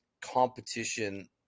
competition